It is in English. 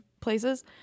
places